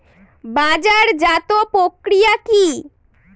বাজারজাতও প্রক্রিয়া কি?